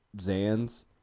Zan's